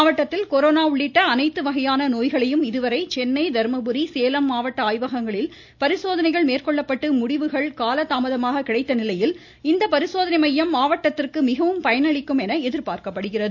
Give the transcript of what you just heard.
மாவட்டத்தில் கொரோனா உள்ளிட்ட அனைத்து வகையான நோய்களையும் இதுவரை சென்னை தர்மபுரி சேலம் மாவட்ட ஆய்வகங்களில் பரிசோதனைகள் மேற்கொள்ளப்பட்டு முடிவுகள் காலதாமதமாக கிடைத்த நிலையில் இந்த பரிசோதனை மையம் மாவட்டத்திற்கு மிகவும் பயனளிக்கும் என எதிர்பார்க்கப்படுகிறது